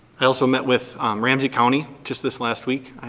i also met with ramsey county just this last week.